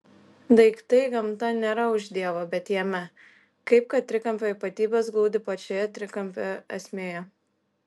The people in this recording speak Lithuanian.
daiktai gamta nėra už dievo bet jame kaip kad trikampio ypatybės glūdi pačioje trikampio esmėje